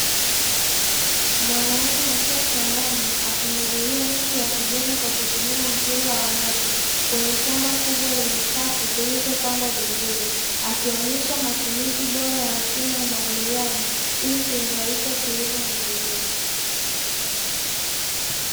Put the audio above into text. Mwanaume akiwa shambani akimwagilia miche ya kijani kwa kutumia mpira wa maji, kwenye shamba kubwa lenye safu zilizopangwa vizuri. Akionesha matumizi bora ya mfumo wa umwagilaji ili kuimarisha kilimo endelevu.